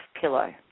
pillow